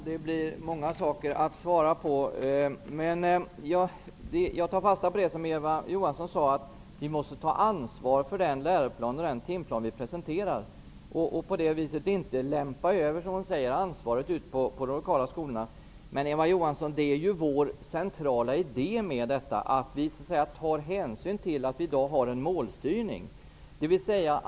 Herr talman! Det är många frågor att svara på. Jag tar fasta på det som Eva Johansson sade, dvs. att vi måste ta ansvar för den läroplan och den timplan som vi presenterar och inte lämpa över ansvaret på de lokala skolorna. Det är ju vår centrala idé, att vi tar hänsyn till att det i dag finns en målstyrning.